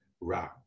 ra